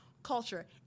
Culture